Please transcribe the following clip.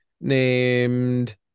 named